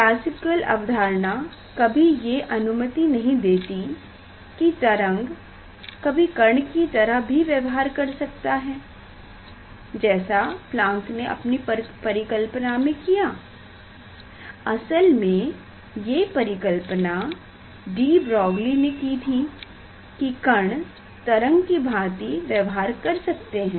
classical अवधारणा कभी ये अनुमति नहीं देती कि तरंग कभी कण कि तरह भी व्यवहार कर सकता है जैसा प्लांक ने अपने परिकल्पना में किया असल में ये परिकल्पना डी ब्रोगली ने की थी की कण तरंग की भाँति व्यवहार कर सकते हैं